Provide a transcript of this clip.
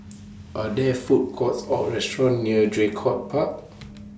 Are There Food Courts Or restaurants near Draycott Park